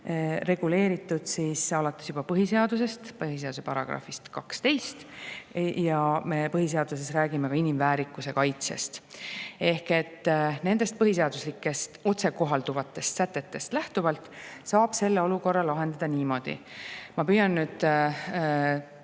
reguleeritud juba alates põhiseadusest, põhiseaduse §-st 12. Me põhiseaduses räägime ka inimväärikuse kaitsest. Ehk nendest põhiseaduslikest otsekohalduvatest sätetest lähtuvalt saab selle olukorra lahendada niimoodi. Ma püüan nüüd